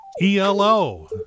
ELO